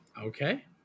Okay